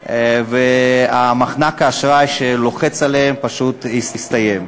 ומחנק האשראי שלוחץ עליהם פשוט יסתיים.